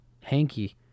hanky